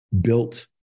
built